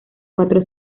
cuatro